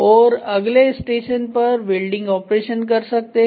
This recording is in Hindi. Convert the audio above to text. और अगले स्टेशन पर वेल्डिंग ऑपरेशन कर सकते हैं